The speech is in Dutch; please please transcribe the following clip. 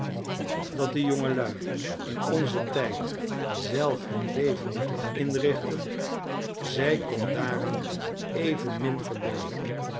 dat de jongelui in onzen tijd zelf hun leven moeten inrichten zij kon daaraan evenmin gelooven